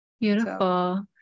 Beautiful